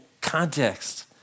context